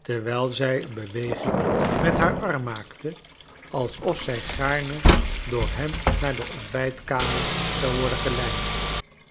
terwijl zij een beweging met haar arm maakte alsof zij gaarne door hem naar de ontbijtkamer zou worden geleid